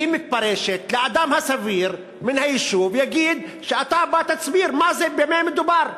האדם הסביר מהיישוב יגיד שאתה תבוא ותסביר במה מדובר,